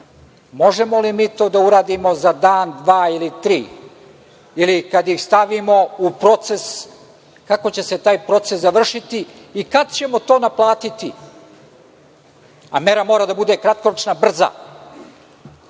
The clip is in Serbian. Možemo li mi to da uradimo za dan, dva ili tri, ili kad ih stavimo u proces kako će se taj proces završiti i kada ćemo to naplatiti, a mera mora da bude kratkoročna,